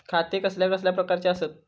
खाते कसल्या कसल्या प्रकारची असतत?